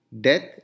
death